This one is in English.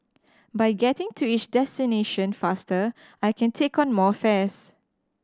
by getting to each destination faster I can take on more fares